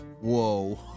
Whoa